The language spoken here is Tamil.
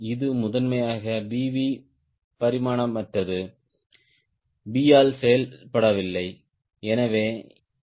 இது முதன்மையாக VV பரிமாணமற்றது b ஆல் செய்யப்படவில்லை